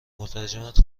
مترجمت